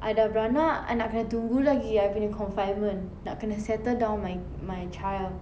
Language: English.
I dah beranak I nak kena tunggu lagi I punya confinement nak kena settle down my my child